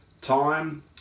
time